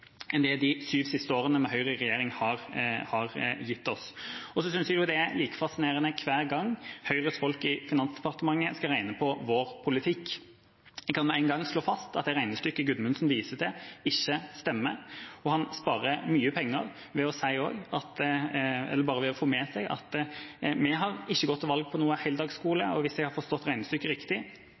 enn det de syv siste årene med Høyre i regjering har gitt oss. Og så synes jeg det er like fascinerende hver gang Høyres folk i Finansdepartementet skal regne på vår politikk. Jeg kan med en gang slå fast at regnestykket Gudmundsen viser til, ikke stemmer, og han sparer mye penger ved bare å få med seg at vi ikke har gått til valg på noen heldagsskole – hvis jeg har forstått regnestykket riktig,